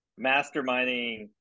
masterminding